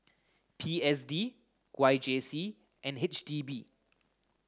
P S D Y J C and H D B